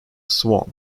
swan